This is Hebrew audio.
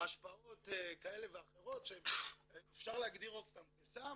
השפעות כאלה ואחרות שאפשר להגדיר אותן כסם,